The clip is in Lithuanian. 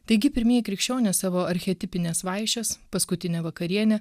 taigi pirmieji krikščionys savo archetipines vaišes paskutinę vakarienę